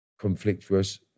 conflictuous